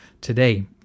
today